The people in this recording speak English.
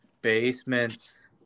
basements